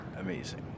amazing